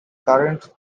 current